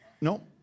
No